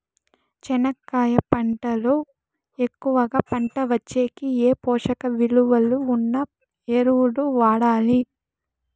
చెనక్కాయ పంట లో ఎక్కువగా పంట వచ్చేకి ఏ పోషక విలువలు ఉన్న ఎరువులు వాడాలి?